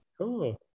Cool